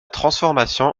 transformation